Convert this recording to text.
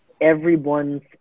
everyone's